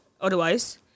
otherwise